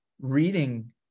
reading